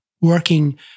working